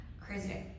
crazy